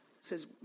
says